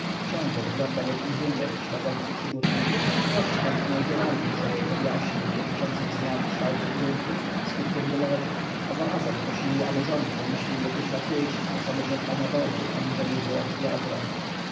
książę wyglądał jak inżynier śledzący przybór nilu chłopi chętnie udzielali mu wszelkich objaśnień dotyczących zmian kształtu gruntów skutkiem wylewu a zarazem prosili aby rząd wymyślił jakieś łatwiejsze sposoby czerpania wody aniżeli żóraw z wiadrem